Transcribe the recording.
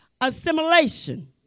assimilation